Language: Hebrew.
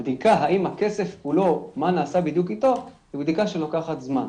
הבדיקה מה נעשה עם הכסף כולו היא בדיקה שלוקחת זמן.